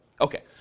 Okay